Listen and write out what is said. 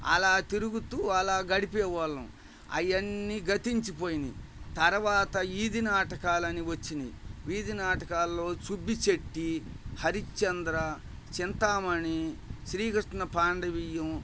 అలా తిరుగుతూ అలా గడిపేవాళ్ళం అవన్నీ గతించిపోయినాయి తరువాత వీధి నాటకాలు అని వచ్చాయి వీధి నాటకాల్లో సుబ్బిశెట్టి హరిశ్చంద్ర చింతామణీ శ్రీ కృష్ణ పాండవీయం